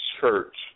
church